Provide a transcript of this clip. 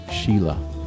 Sheila